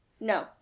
No